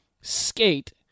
skate